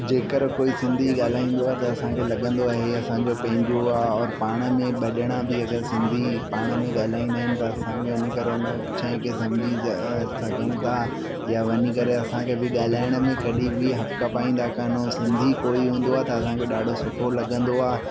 जेकर कोई सिंधी ॻाल्हाईंदो आहे त असांखे लॻंदो आहे इहो असांजो पंहिंजो आहे और पाण में ॿ ॼणा बि अगरि सिंधी पाण में ॻाल्हाईंदा आहिनि त असां बि वञी करे उन शइ खे सम्झी सघूं था या वञी करे असांखे बि ॻाल्हाइण में कॾहिं बि हकपकाईंदा कोन आहियूं सिंधी कोई हूंदो आहे त असांखे ॾाढो सुठो लॻंदो आहे